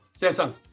Samsung